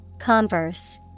Converse